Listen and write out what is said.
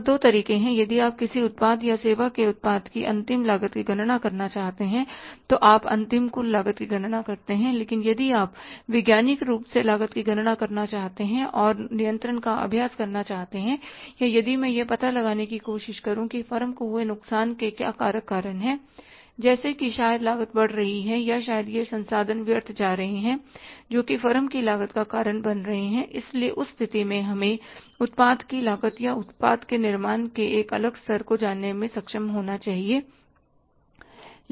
अब दो तरीके हैं यदि आप किसी उत्पाद या सेवा के उत्पाद की अंतिम लागत की गणना करना चाहते हैं तो आप अंतिम कुल लागत की गणना करते हैं लेकिन यदि आप वैज्ञानिक रूप से लागत की गणना करना चाहते हैं और नियंत्रण का अभ्यास करना चाहते हैं या यदि मैं यह पता लगाने की कोशिश करूँ कि फर्म को हुए नुकसान के क्या कारक कारण हैं जैसे कि शायद लागत बढ़ रही है या शायद यह संसाधन व्यर्थ जा रहे हैं जोकि फर्म की लागत का कारण बन रहे हैं इसलिए उस स्थिति में हमें उत्पाद की लागत या उत्पाद के निर्माण के एक अलग स्तर को जानने में सक्षम होना चाहिए